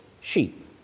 sheep